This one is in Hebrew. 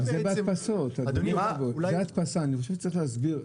זה בהדפסה ואני חושב שצרך להסביר.